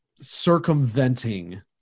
circumventing